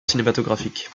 cinématographique